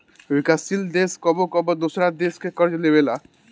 विकासशील देश कबो कबो दोसरा देश से कर्ज लेबेला